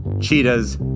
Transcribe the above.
cheetahs